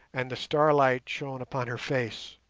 and the starlight shone upon her face